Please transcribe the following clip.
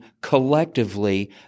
collectively